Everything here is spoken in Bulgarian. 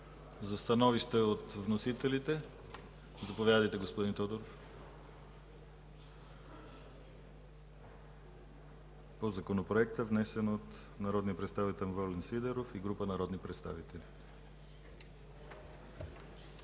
За становища от вносителите? Заповядайте, господин Тодоров, по Законопроекта, внесен от народния представител Волен Сидеров и група народни представители.